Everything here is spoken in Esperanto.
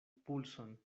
pulson